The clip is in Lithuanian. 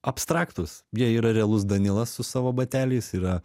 abstraktūs jie yra realus danilas su savo bateliais yra